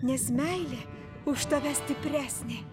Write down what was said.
nes meilė už tave stipresnė